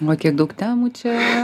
va kiek daug temų čia